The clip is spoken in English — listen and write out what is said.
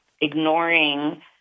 ignoring